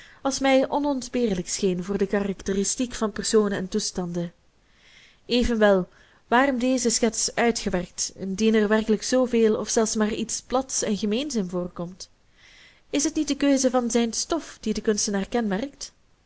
als mij onontbeerlijk scheen voor de karakteristiek van personen en toestanden evenwel waarom deze schets uitgewerkt indien er werkelijk zooveel of zelfs maar iets plats en gemeens in voorkomt is het niet de keuze van zijn stof die den kunstenaar kenmerkt